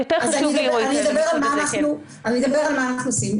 אני אדבר על מה שאנחנו עושים.